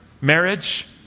marriage